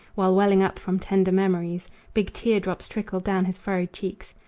while welling up from tender memories big tear-drops trickled down his furrowed cheeks.